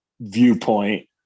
viewpoint